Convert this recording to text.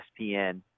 ESPN